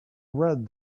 read